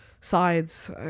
sides